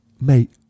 Mate